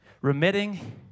Remitting